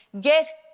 get